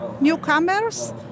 newcomers